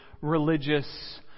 religious